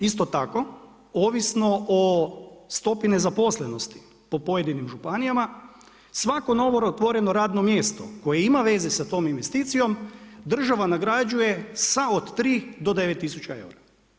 Isto tako ovisno o stopi nezaposlenosti po pojedinim županijama svako novootvoreno radno mjesto koje ima veze sa tom investicijom država nagrađuje sa od 3 do 9 tisuća eura.